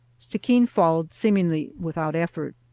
stickeen followed seemingly without effort.